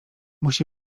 musi